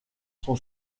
son